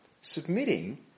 submitting